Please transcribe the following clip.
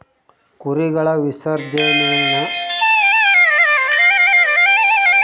ಕುರಿಗಳ ವಿಸರ್ಜನೇನ ನಮ್ಮ ಭೂಮಿ, ಗಾಳಿ ಮತ್ತೆ ನೀರ್ನ ಕಲುಷಿತ ಮಾಡ್ತತೆ